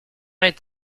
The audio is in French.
est